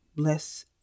Bless